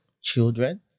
children